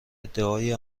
ادعای